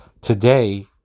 Today